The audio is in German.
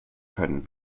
können